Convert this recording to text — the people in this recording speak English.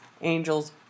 angels